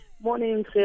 Morning